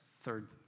third